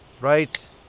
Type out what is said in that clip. Right